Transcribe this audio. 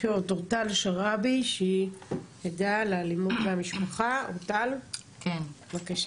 אורטל שרעבי שהיא עדה לאלימות במשפחה, בבקשה.